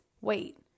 wait